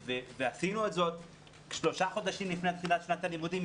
ועשינו את זה שלושה שבועות לפני תחילת שנת הלימודים,